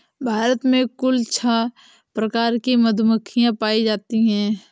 भारत में कुल छः प्रकार की मधुमक्खियां पायी जातीं है